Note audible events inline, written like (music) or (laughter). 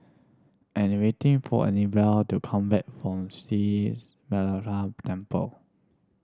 I (unintelligible) waiting for Anibal to come back from Sri (unintelligible) Temple